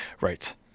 Right